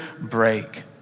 break